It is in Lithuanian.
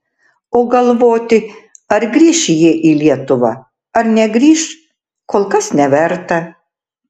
o galvoti ar grįš jie į lietuvą ar negrįš kol kas neverta